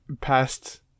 past